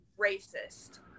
racist